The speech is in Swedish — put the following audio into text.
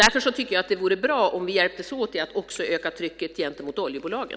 Därför vore det bra om vi hjälptes åt också med att öka trycket på oljebolagen.